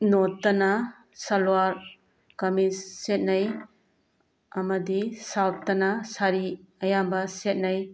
ꯅꯣꯔꯠꯇꯅ ꯁꯜꯋꯥꯔ ꯀꯥꯃꯤꯁ ꯁꯦꯠꯅꯩ ꯑꯃꯗꯤ ꯁꯥꯎꯠꯇꯅ ꯁꯥꯔꯤ ꯑꯌꯥꯝꯕ ꯁꯦꯠꯅꯩ